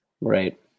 Right